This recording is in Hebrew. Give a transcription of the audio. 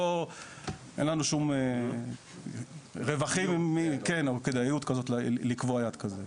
אין לנו שום רווחים או כדאיות כזו לקבוע יעד כזה.